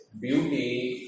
beauty